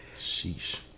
Sheesh